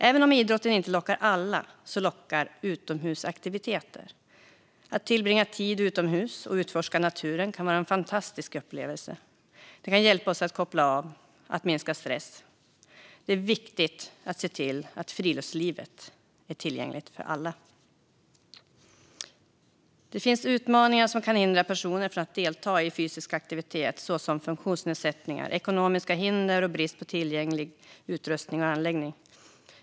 Även om idrotten inte lockar alla så lockar utomhusaktiviteter. Att tillbringa tid utomhus och utforska naturen kan vara en fantastisk upplevelse. Det kan hjälpa oss att koppla av och minska stress. Det är viktigt att se till att friluftslivet är tillgängligt för alla. Det finns utmaningar som kan hindra personer från att delta i fysisk aktivitet, såsom funktionsnedsättningar, ekonomiska hinder och brist på tillgänglig utrustning och tillgängliga anläggningar.